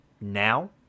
now